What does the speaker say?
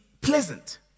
Pleasant